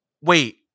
wait